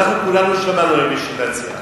אנחנו כולנו שמענו היום בישיבת סיעה.